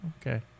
okay